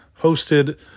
hosted